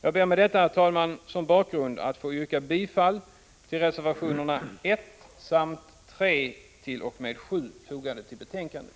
Jag ber med detta som bakgrund, herr talman, att få yrka bifall till reservationerna 1 och 3-7, fogade till betänkandet.